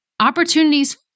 opportunities